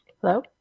Hello